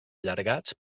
allargats